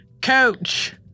coach